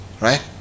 right